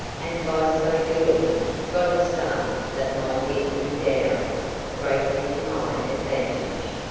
and by so doing got a start that might yet redound greatly to my advantage.